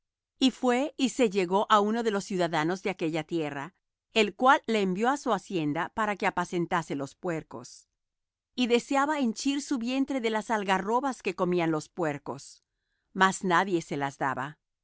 y fué y se llegó á uno de los ciudadanos de aquella tierra el cual le envió á su hacienda para que apacentase los puercos y deseaba henchir su vientre de las algarrobas que comían los puercos mas nadie se las daba